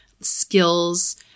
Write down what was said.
skills